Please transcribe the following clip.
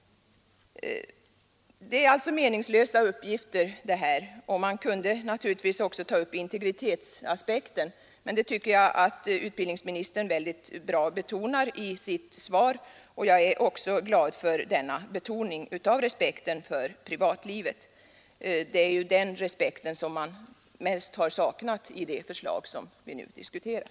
De uppgifter det är fråga om är alltså meningslösa. Man kunde naturligtvis också ta upp integritetsaspekten i detta sammanhang, men jag tycker att utbildningsministern i sitt svar betonar denna på ett mycket bra sätt. Jag är glad för denna betoning av respekten för privatlivet. Det är ju den respekten som man mest har saknat i det förslag som vi nu diskuterar.